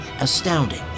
astounding